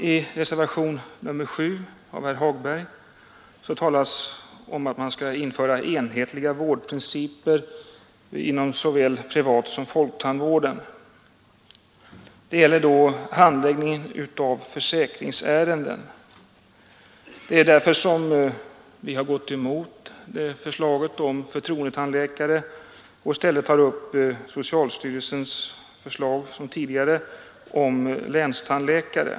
I reservationen VII av herr Hagberg talas det om införande av enhetliga vårdprinciper såväl inom den privata tandvården som inom folktandvården. Det gäller då handläggningen av försäkringsärenden. Där har reservanten gått emot förslaget om förtroendetandläkare och i stället tagit upp socialstyrelsens tidigare förslag om länstandläkare.